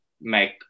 make